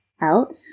out